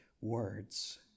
words